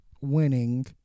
winning